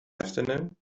afternoon